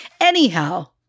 Anyhow